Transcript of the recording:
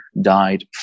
died